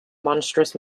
monstrous